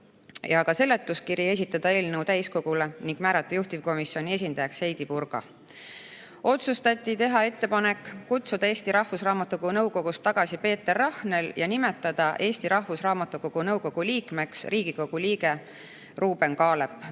ja seletuskiri, esitada eelnõu täiskogule ning määrata juhtivkomisjoni esindajaks Heidy Purga. Otsustati teha ettepanek kutsuda Eesti Rahvusraamatukogu nõukogust tagasi Peeter Rahnel ja nimetada Eesti Rahvusraamatukogu nõukogu liikmeks Riigikogu liige Ruuben Kaalep